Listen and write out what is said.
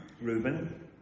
Reuben